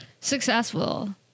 Successful